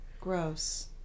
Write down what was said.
Gross